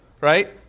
right